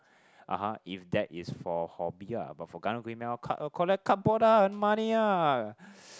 (uh huh) if that is for hobby ah but for karang guni collect cardboard ah earn money ah